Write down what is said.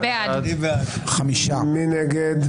מי נגד?